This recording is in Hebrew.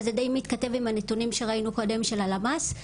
וזה די מתכתב עם הנתונים שראינו קודם של הלמ"ס.